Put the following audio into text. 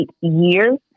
years